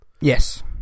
yes